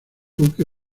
buque